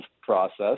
process